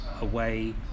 away